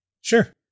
Sure